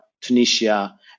Tunisia